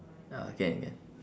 ah can can